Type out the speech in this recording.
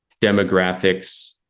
demographics